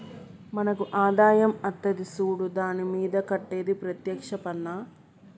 మనకు ఆదాయం అత్తది సూడు దాని మీద కట్టేది ప్రత్యేక్ష పన్నా